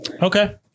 Okay